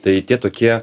tai tie tokie